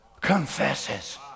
confesses